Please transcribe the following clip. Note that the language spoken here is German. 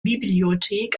bibliothek